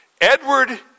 Edward